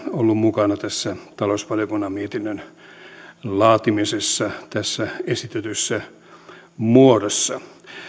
ollut mukana tässä talousvaliokunnan mietinnön laatimisessa tässä esitetyssä muodossa